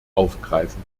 aufgreifen